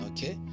Okay